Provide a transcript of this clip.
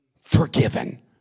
forgiven